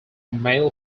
male